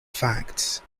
facts